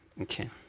Okay